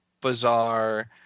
bizarre